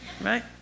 right